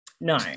No